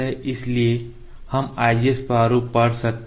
इसलिए हम IGS प्रारूप पढ़ सकते हैं